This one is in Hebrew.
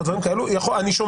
או דברים כאלה אני שומע,